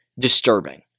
disturbing